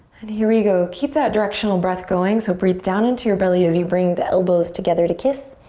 and here we go. keep that directional breath going. so breathe down into your belly as you bring the elbows together to kiss.